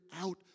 out